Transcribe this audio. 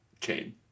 chain